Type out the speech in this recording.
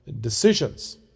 decisions